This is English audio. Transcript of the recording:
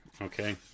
okay